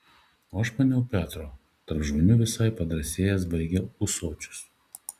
o aš maniau petro tarp žmonių visai padrąsėjęs baigia ūsočius